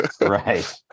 right